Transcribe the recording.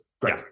great